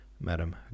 madam